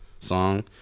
song